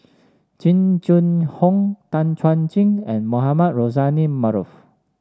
Jing Jun Hong Tan Chuan Jin and Mohamed Rozani Maarof